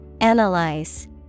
Analyze